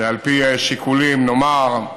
ועל פי שיקולים, נאמר,